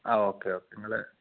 ആ okay okay നിങ്ങൾ